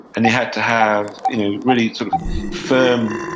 and you had to have really sort of firm,